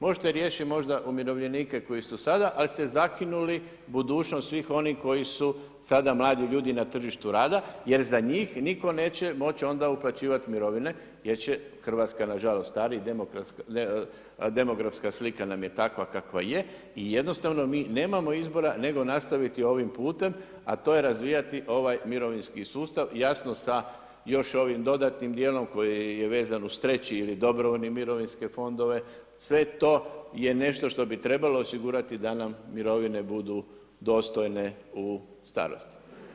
Možda riješi umirovljenike koji su sada ali ste zakinuli budućnost svih onih koji su sada mladi ljudi na tržištu rada jer za njih nitko neće moći onda uplaćivati mirovine jer Hrvatska nažalost stari, demografska slika nam je takva kakva je i jednostavno mi nemamo izbora nego nastaviti ovim putem a to je razvijati ovaj mirovinski sustav, jasno sa ovim dodatnim djelom koji je vezan uz treći ili dobrovoljne mirovinske fondove, sve to je nešto što bi trebalo osigurati da nam mirovine budu dostojne u starosti.